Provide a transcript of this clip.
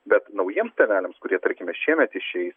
bet naujiem tėveliams kurie tarkime šiemet išei